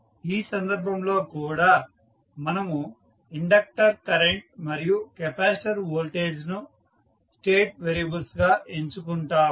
ఈ సందర్భంలో కూడా మనము ఇండక్టర్ కరెంట్ మరియు కెపాసిటర్ వోల్టేజ్ను స్టేట్ వేరియబుల్స్గా ఎంచుకుంటాము